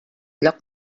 lloc